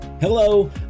Hello